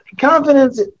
confidence